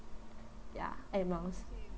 ya amongst